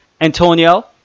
Antonio